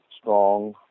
strong